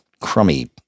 crummy